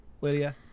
Lydia